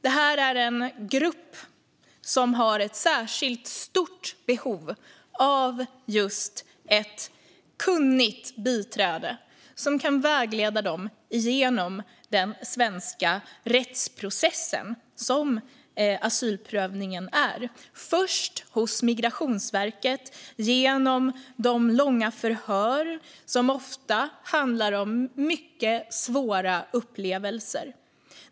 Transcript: Det är en grupp med särskilt stort behov av kunniga biträden som kan vägleda dem genom den svenska rättsprocess som asylprövningen är. Den börjar hos Migrationsverket med långa förhör som ofta handlar om mycket svåra upplevelser.